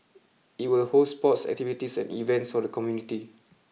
it will host sports activities and events for the community